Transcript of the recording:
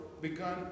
begun